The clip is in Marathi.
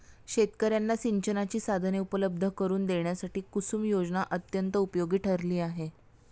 शेतकर्यांना सिंचनाची साधने उपलब्ध करून देण्यासाठी कुसुम योजना अत्यंत उपयोगी ठरली आहे